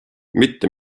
mitte